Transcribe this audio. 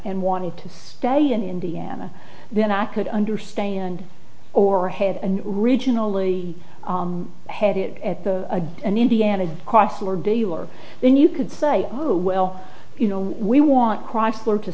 and wanted to stay in indiana then i could understand or have and regionally had it at the a in indiana chrysler dealer then you could say oh well you know we want chrysler to